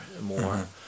more